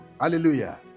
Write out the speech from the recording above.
Hallelujah